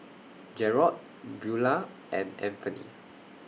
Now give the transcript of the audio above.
Jarrod Beula and Anfernee